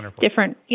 different